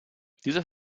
dieser